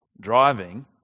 driving